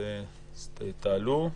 תעלו.